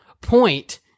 point